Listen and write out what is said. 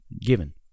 Given